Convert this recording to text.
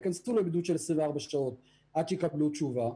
ייכנסו לבידוד של 24 שעות עד שיקבלו תשובה,